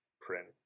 print